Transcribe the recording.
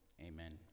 amen